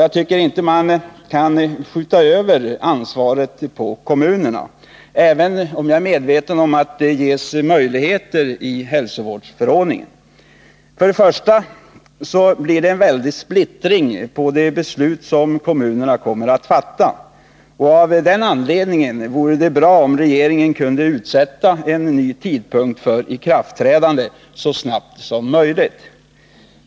Jag tycker inte att man kan skjuta över ansvaret på kommunerna, även om jag är medveten om att sådana möjligheter ges genom hälsovårdsförordningen. För det första blir det en väldig splittring i fråga om de beslut som kommunerna kommer att fatta. Av den anledningen vore det bra om regeringen kunde utsätta en ny tidpunkt för ikraftträdandet så snart som möjligt.